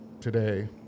Today